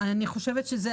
אני חושבת שזה